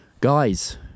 Guys